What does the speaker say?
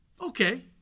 Okay